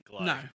No